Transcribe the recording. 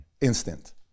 instant